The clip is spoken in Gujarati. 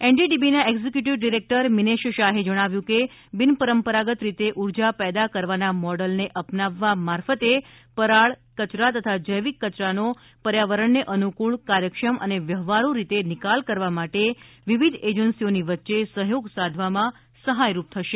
એનડીડીબીના એક્ઝિક્યુટિવ ડિરેક્ટર મીનેશ શાહે જણાવ્યું કે બિન પરંપરાગત રીતે ઊર્જા પેદા કરવાના મોડલને અપનાવવા મારફતે પરાળ કચરાં તથા જૈવિક કચરાંનો પર્યાવરણને અનુક્રળ કાર્યક્ષમ અને વ્યવહારુ રીતે નિકાલ કરવા માટે વિવિધ એજન્સીઓની વચ્ચે સહયોગ સાધવામાં સહાયરૂપ થશે